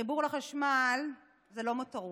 חיבור לחשמל זה לא מותרות.